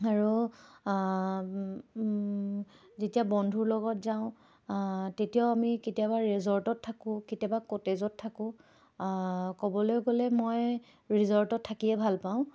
আৰু যেতিয়া বন্ধুৰ লগত যাওঁ তেতিয়াও আমি কেতিয়াবা ৰিজৰ্টত থাকোঁ কেতিয়াবা কটেজত থাকোঁ ক'বলৈ গ'লে মই ৰিজৰ্টত থাকিয়ে ভাল পাওঁ